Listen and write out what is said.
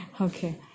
Okay